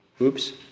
Oops